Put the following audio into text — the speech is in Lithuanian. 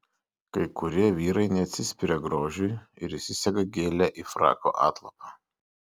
kai kurie vyrai neatsispiria grožiui ir įsisega gėlę į frako atlapą